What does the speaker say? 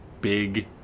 Big